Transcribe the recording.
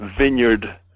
Vineyard